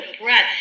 breath